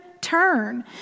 turn